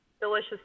delicious